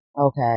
Okay